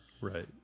right